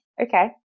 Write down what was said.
okay